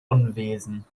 unwesen